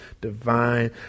divine